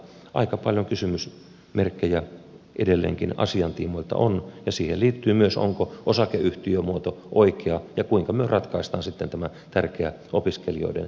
aika paljon kysymysmerkkejä edelleenkin asian tiimoilta on ja siihen liittyy myös onko osakeyhtiömuoto oikea ja kuinka ratkaistaan sitten tämä tärkeä opiskelijoiden terveydenhuoltotilanne